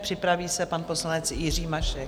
Připraví se pan poslanec Jiří Mašek.